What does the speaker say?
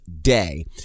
day